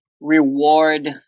reward